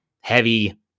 heavy